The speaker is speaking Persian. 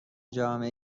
جامعه